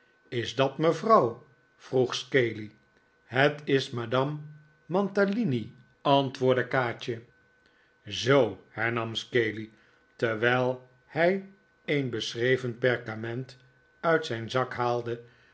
is dat mevrouw vroeg scaley het is madame mantalini antwoordde kaatje zoo hernam scaley terwijl hij een beschreven perkament uit zijn zak haalde